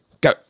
Go